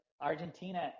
Argentina